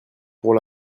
pour